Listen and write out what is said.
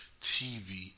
TV